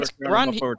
Ron